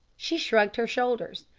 she shrugged her shoulders.